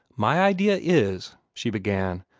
my idea is, she began,